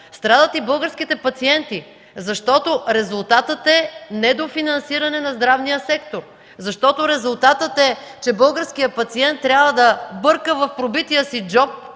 страдат и българските пациенти, защото резултатът е недофинансиране на здравния сектор, защото резултатът е, че българският пациент трябва да бърка в пробития си джоб